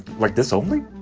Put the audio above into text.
like this only?